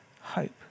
hope